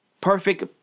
Perfect